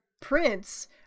prince